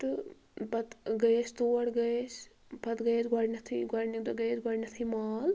تہٕ پتہٕ گٔے أسۍ تور گٔے أسۍ پتہٕ گٔے أسۍ گۄڈٕنیٚتھٕے گۄڈنِکۍ دۄہ گٔے أسۍ گۄڈٕنیٚتھٕے مال